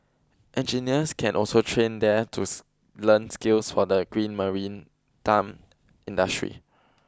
engineers can also train there to learn skills for the green marine time industry